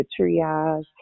triage